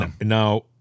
Now